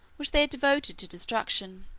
which they had devoted to destruction